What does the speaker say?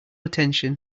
attention